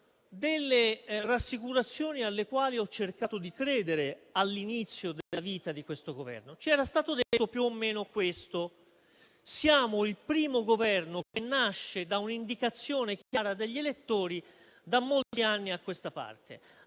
delle rassicurazioni alle quali ho cercato di credere all'inizio della vita del nuovo Esecutivo. Ci era stato detto più o meno quanto segue: siamo il primo Governo che nasce da una indicazione chiara degli elettori da molti anni a questa parte;